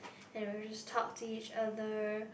and we'll just talk to each other